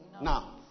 Now